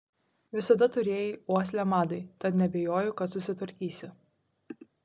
visada turėjai uoslę madai tad neabejoju kad susitvarkysi